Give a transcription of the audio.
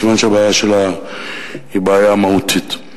סימן שהבעיה שלה היא בעיה מהותית.